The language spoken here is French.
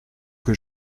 que